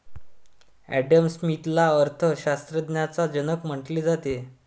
Adam स्मिथला अर्थ शास्त्राचा जनक म्हटले जाते